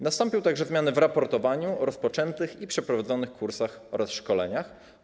Nastąpią także zmiany w raportowaniu rozpoczętych i przeprowadzonych kursach oraz szkoleniach.